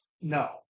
no